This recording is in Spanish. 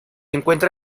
encuentra